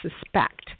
suspect